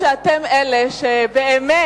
במקום שאתם אלה שבאמת,